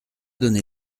donner